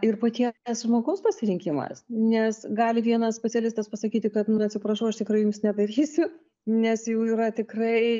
ir paties žmogaus pasirinkimas nes gali vienas specialistas pasakyti kad nu atsiprašau aš tikrai jums nedarysiu nes jau yra tikrai